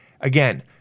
again